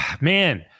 man